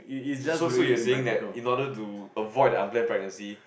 so so you are saying that in order to avoid the unplanned pregnancy